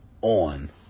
on